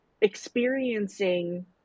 Experiencing